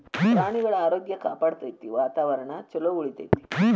ಪ್ರಾಣಿಗಳ ಆರೋಗ್ಯ ಕಾಪಾಡತತಿ, ವಾತಾವರಣಾ ಚುಲೊ ಉಳಿತೆತಿ